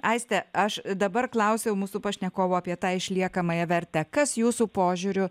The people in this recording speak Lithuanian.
aiste aš dabar klausiau mūsų pašnekovų apie tą išliekamąją vertę kas jūsų požiūriu